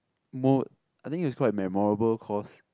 more I think is quite memorable cause